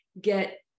get